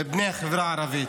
מבני החברה הערבית.